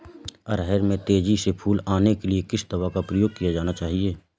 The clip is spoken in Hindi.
अरहर में तेजी से फूल आने के लिए किस दवा का प्रयोग किया जाना चाहिए?